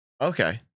Okay